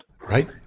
Right